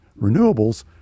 renewables